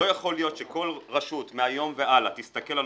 לא יכול להיות שכל רשות מהיום והלאה תסתכל על